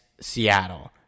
Seattle—